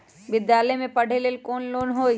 विद्यालय में पढ़े लेल कौनो लोन हई?